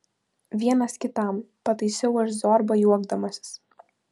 vienas kitam pataisiau aš zorbą juokdamasis